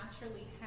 naturally